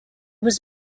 was